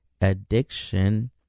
addiction